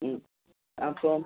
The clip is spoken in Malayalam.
ഉം അപ്പോൾ